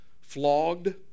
flogged